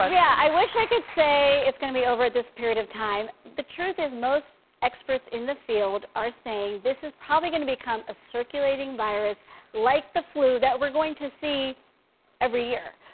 yeah, i wish i could say it's going to be over at this period of time. the truth is most experts in the field are saying this is probably going to become a circulating virus like the flu that we're going to see every year.